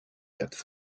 quatre